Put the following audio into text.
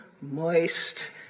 moist